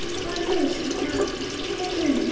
my newest plaid kick him!